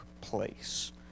place